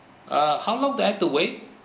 uh how long do I have to wait